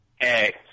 Hey